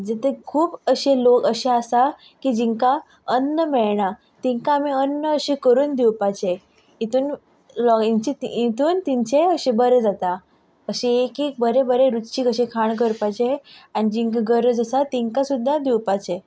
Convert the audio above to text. जशें खूब लोक अशें आसा की जिकां अन्न मेयणा तेंकां आमी अन्न अशें करून दिवपाचें हितून हेंचें हेतून तेंचेय अशें बोरें जाता अशे एक एक बरें बरें रुचीक अशें खाण करपाचें आनी जिंकां गरज आसा तिंकां सुद्दां दिवपाचें